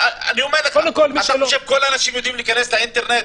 --- אני אומר לך אתה חושב שכל האנשים יודעים להיכנס לאינטרנט?